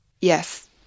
Yes